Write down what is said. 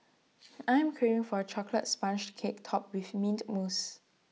I am craving for A Chocolate Sponge Cake Topped with Mint Mousse